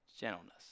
gentleness